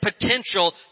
potential